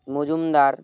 Majumdar